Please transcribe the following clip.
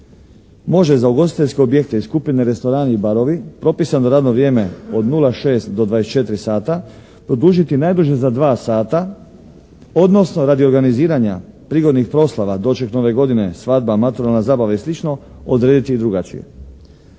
može za ugostiteljske objekte skupine restorani i barovi propisano radno vrijeme od 06 do 24 sata produžiti najduže za dva sata odnosno radi organiziranja prigodnih proslava doček Nove godine, svadba, maturalna zabava i slično odrediti i drugačije.